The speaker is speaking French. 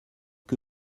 que